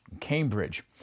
Cambridge